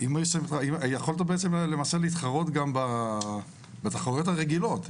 יכולת בעצם למעשה להתחרות גם בתחרויות הרגילות.